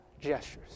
gestures